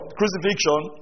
crucifixion